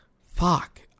fuck